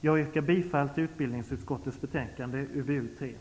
Jag yrkar bifall till utbildningsutskottets hemställan i betänkande